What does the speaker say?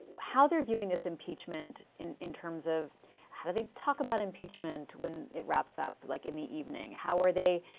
how they are viewing this impeachment in in terms of how do they talk about impeachment when it wraps up like in the evening? how are they,